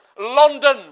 London